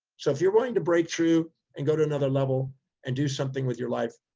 so if you're willing to break through and go to another level and do something with your life,